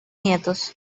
nietos